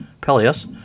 Peleus